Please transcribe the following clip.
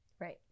right